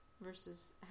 versus